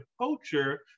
culture